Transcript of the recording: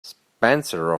spencer